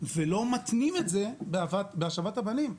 ולא מתנים את זה בהשבת הבנים.